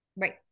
Right